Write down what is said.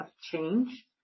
change